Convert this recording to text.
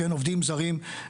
עובדים זרים,